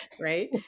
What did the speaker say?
right